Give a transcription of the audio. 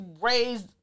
raised